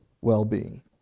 well-being